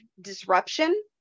disruption